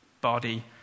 body